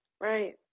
Right